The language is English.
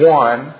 one